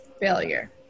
failure